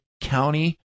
County